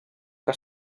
que